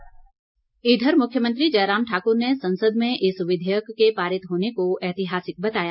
विधेयक मुख्यमंत्री इधर मुख्यमंत्री जयराम ठाकुर ने संसद में इस विधेयक के पारित होने को ऐतिहासिक बताया